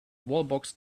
wallbox